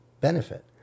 benefit